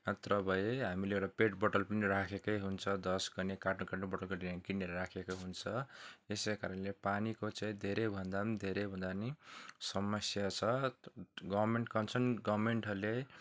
नत्र भए हामीले एउटा पेट बोट्टल पनि राखेकै हुन्छ दस गर्ने कार्टुन कार्टुन बट्टलको किनेर राखेकै हुन्छ यसैकारणले पानीको चाहिँ धेरै भन्दा पनि धैरै भन्दा नि समस्या छ गर्मेन्ट कन्सर्न गर्मेन्टहरूले